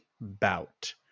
bout